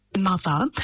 mother